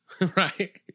Right